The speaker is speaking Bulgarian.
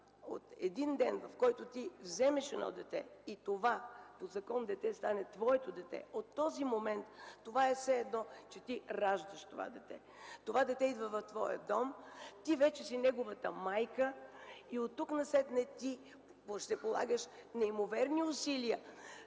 от деня, когато ти вземеш дете и то по закон стане твоето дете, от този момент това е все едно, че ти раждаш това дете. То идва в твоя дом, ти си неговата майка и оттук насетне ще полагаш неимоверни усилия